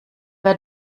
wir